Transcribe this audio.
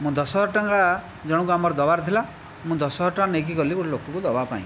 ମୁଁ ଦଶହଜାର ଟଙ୍କା ଜଣଙ୍କୁ ଆମର ଦେବାର ଥିଲା ମୁଁ ଦଶହଜାର ଟଙ୍କା ନେଇକି ଗଲି ଗୋଟିଏ ଲୋକକୁ ଦେବା ପାଇଁ